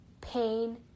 pain